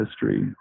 history